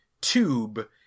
tube